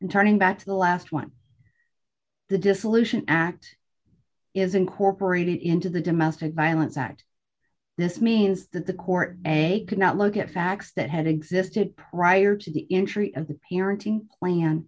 and turning back to the last one the dissolution act is incorporated into the domestic violence act this means that the court egg cannot look at facts that had existed prior to the injury of the parenting plan